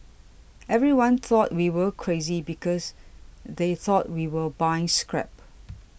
everyone thought we were crazy because they thought we were buying scrap